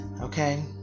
Okay